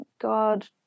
God